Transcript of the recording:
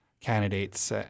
candidates